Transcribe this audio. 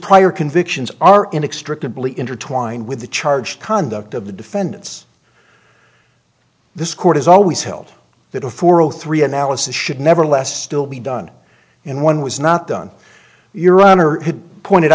prior convictions are inextricably intertwined with the charge conduct of the defendants this court has always held that a four zero three analysis should never less still be done in one was not done your honor pointed